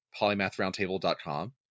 polymathroundtable.com